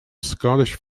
scottish